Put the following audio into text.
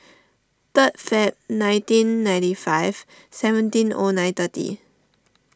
third Feb nineteen ninety five seventeen O nine thirty